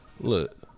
Look